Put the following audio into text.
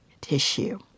Tissue